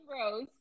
rose